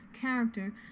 character